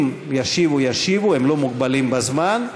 אם ישיבו, ישיבו, הם לא מוגבלים בזמן.